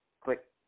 click